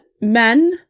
men